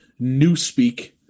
Newspeak